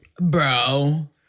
Bro